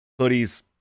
hoodies